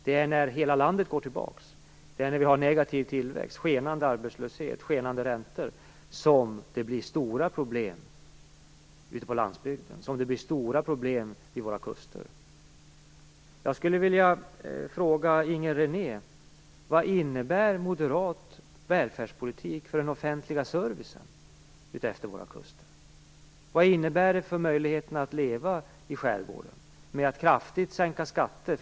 Det är när hela landet går tillbaka och vi har en negativ tillväxt, en skenande arbetslöshet och skenande räntor som det blir stora problem ute på landsbygden och i våra kustområden. Jag skulle vilja fråga Inger René: Vad innebär moderat välfärdspolitik för den offentliga servicen utefter våra kuster? Vad innebär kraftigt sänkta skatter för möjligheterna att leva i skärgården?